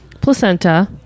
placenta